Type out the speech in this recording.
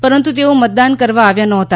પરંતુ તેઓ મતદાન કરવા આવ્યા નહોતા